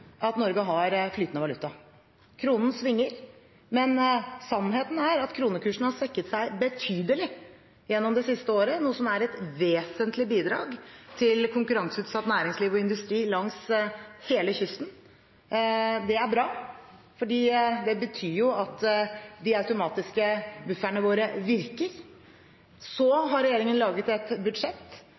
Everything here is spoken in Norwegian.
at Norge har flytende valuta. Kronen svinger, men sannheten er at kronekursen har svekket seg betydelig gjennom det siste året, noe som er et vesentlig bidrag til konkurranseutsatt næringsliv og industri langs hele kysten. Det er bra, for det betyr at de automatiske bufferne våre virker. Så har regjeringen laget et budsjett